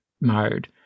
mode